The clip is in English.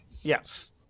Yes